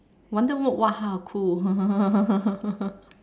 wonder what !wah! cool